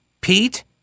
Pete